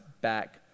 back